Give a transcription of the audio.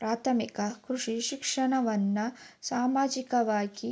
ಪ್ರಾಥಮಿಕ ಕೃಷಿ ಶಿಕ್ಷಣವನ್ನ ಸಾಮಾನ್ಯವಾಗಿ